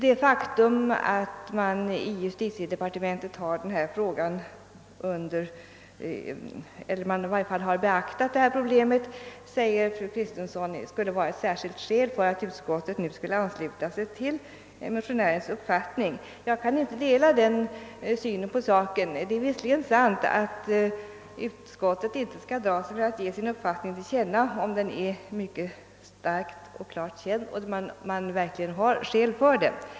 Det faktum att justitiedepartementet har beaktat problemet skulle enligt fru Kristensson vara ett särskilt skäl för utskottet att nu ansluta sig till motionärernas uppfattning. Jag kan inte dela den synen på saken. Det är visserligen sant att utskottet inte bör dra sig för att ge sin uppfattning till känna, om denna är mycket bestämd och man verkligen har skäl för den.